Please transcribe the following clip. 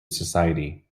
society